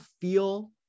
feel